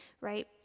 right